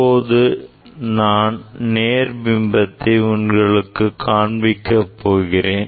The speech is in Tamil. இப்போது நான் நேர் பிம்பத்தை உங்களுக்கு காண்பிக்கப் போகிறேன்